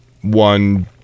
one